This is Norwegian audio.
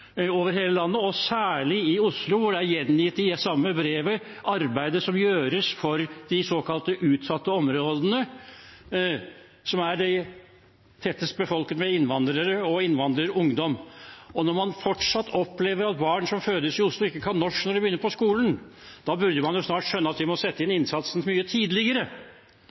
over hele landet, særlig i Oslo. Det er gjengitt i det samme brevet hvilket arbeid som gjøres for de såkalte utsatte områdene, som er tettest befolket med innvandrere og innvandrerungdom. Når man fortsatt opplever at barn som fødes i Oslo, ikke kan norsk når de begynner på skolen, burde man snart skjønne at vi må sette inn innsatsen mye tidligere.